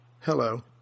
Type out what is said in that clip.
Hello